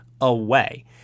away